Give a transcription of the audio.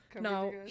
no